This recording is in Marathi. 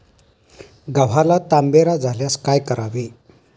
गव्हाला तांबेरा झाल्यास काय करावे?